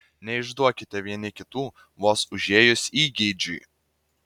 neišduokite vieni kitų vos užėjus įgeidžiui